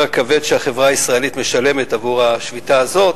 הכבד שהחברה הישראלית משלמת עבור השביתה הזאת,